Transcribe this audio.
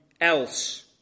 else